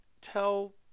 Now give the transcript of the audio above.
tell